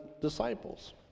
disciples